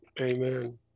Amen